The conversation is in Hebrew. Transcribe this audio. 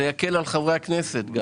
זה יקל על חברי הכנסת.